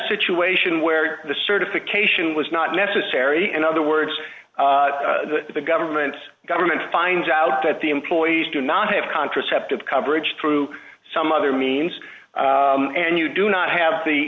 situation where the certification was not necessary in other words the government government finds out that the employees do not have contraceptive coverage through some other means and you do not have the